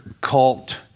cult